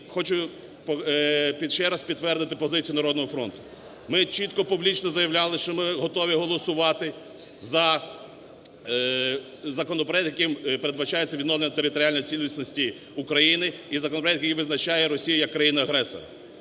хочу ще раз підтвердити позицію "Народного фронту". Ми чітко публічно заявляли, що ми готові голосувати за законопроект, яким передбачається відновлення територіальної цілісності України і за законопроект, який визначає Росію як країну-агресора.